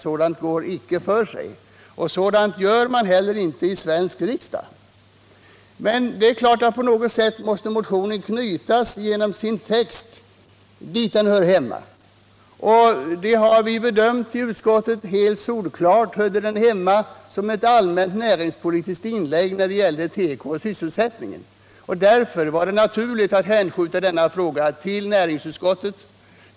Sådant gör man inte heller i Sveriges riksdag. Men motionen måste naturligtvis knytas dit där den genom sin text hör hemma. I utskottet har vi bedömt det så att den helt solklart var ett allmänt näringspolitiskt inlägg i frågan om sysselsättningen inom tekoindustrin. Därför var det naturligt att hänskjuta denna fråga till näringsutskottet.